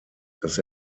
dass